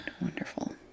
wonderful